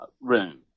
room